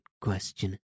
question